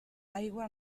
aigua